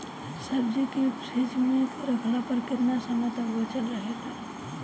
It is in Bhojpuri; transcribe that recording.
सब्जी के फिज में रखला पर केतना समय तक बचल रहेला?